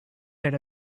that